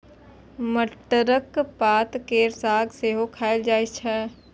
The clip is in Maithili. मटरक पात केर साग सेहो खाएल जाइ छै